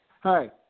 Hi